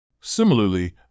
Similarly